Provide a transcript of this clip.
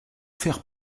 faire